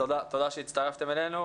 תודה שהצטרפתם אלינו.